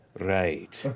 right.